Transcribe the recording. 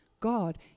God